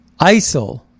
ISIL